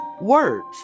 words